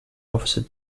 officer